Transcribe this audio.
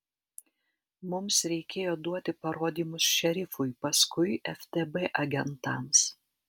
mums reikėjo duoti parodymus šerifui paskui ftb agentams